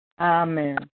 Amen